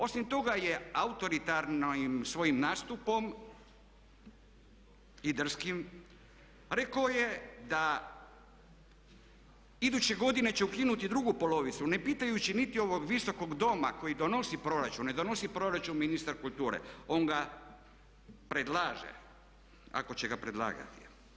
Osim toga je autoritarno svojim nastupom i drskim, rekao je da iduće godine će ukinuti drugu polovicu ne pitajući niti ovaj Visoki dom koji donosi proračun, ne donosi proračun ministar kulture, on ga predlaže, ako će ga predlagati.